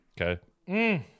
okay